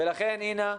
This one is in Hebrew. לכן אינה,